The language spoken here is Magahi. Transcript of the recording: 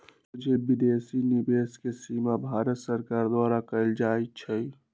सोझे विदेशी निवेश के सीमा भारत सरकार द्वारा कएल जाइ छइ